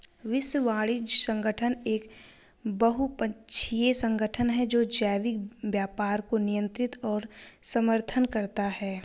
विश्व वाणिज्य संगठन एक बहुपक्षीय संगठन है जो वैश्विक व्यापार को नियंत्रित और समर्थन करता है